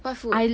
what food